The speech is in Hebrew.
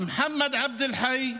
מוחמד אבד אלחי,